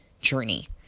journey